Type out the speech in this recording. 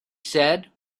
said